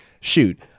shoot